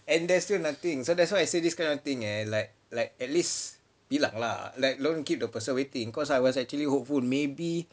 and there's still nothing so that's why I say this kind of thing eh like like at least bilang lah like don't keep the person waiting cause I was actually hopeful maybe